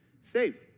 saved